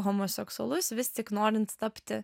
homoseksualus vis tik norint tapti